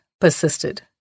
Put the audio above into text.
persisted